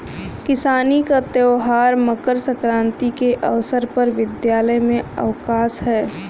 किसानी का त्यौहार मकर सक्रांति के अवसर पर विद्यालय में अवकाश है